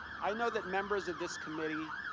i know that members of this committee